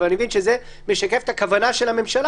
אבל אני מבין שזה משקף את הכוונה של הממשלה